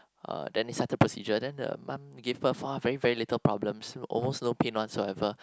uh then it start the procedure then the mum give birth oh very very little problems almost no pain whatsoever